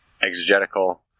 exegetical